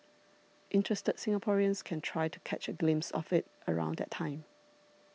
interested Singaporeans can try to catch a glimpse of it around that time